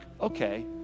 okay